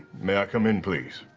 may i come in, please?